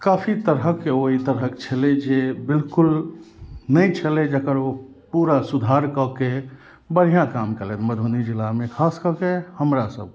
काफी तरहक ओ ई तरहक छलै जे बिल्कुल नहि छलै जकर ओ पूरा सुधार कऽ के बढ़िऑं काम केलथि मधुबनी जिलामे खास कऽ के हमरा सब